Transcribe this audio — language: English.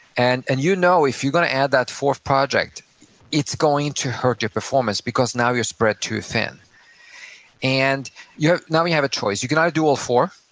and and you know if you're gonna add that fourth project it's going to hurt your performance because now you're spread too thin and now we have a choice. you can either do all four,